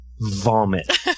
vomit